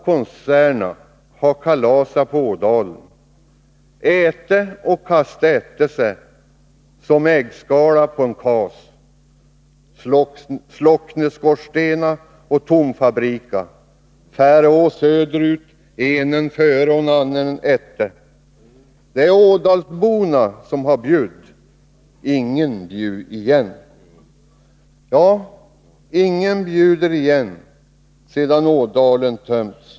Äte å kaste ätte sä. Som äggskala på en kas. Dä ä ådalsbona som ha bjudd. Ingen bju ijänn. Ja, ingen bjuder igen sedan Ådalen ”tömts”.